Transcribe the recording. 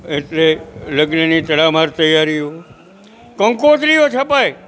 એટલે લગ્નની તડામાર તૈયારીઓ કંકોતરીઓ છપાય